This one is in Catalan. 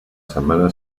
setmana